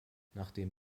nachdem